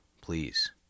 Please